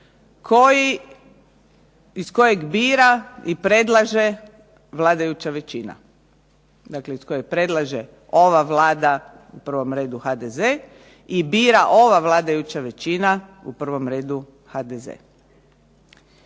ljudi iz kojeg bira i predlaže vladajuća većina. Dakle, iz kojeg predlaže ova Vlada, u prvom redu HDZ i bira ova vladajuća većina, u prvom redu HDZ.